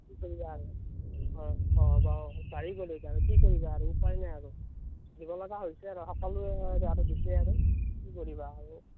কি কৰিবা আৰু কি কৰিবা আৰু উপায় নাই আৰু দিব লগা হৈছে আৰু সকলোৱে দিছে আৰু কি কৰিবা আৰু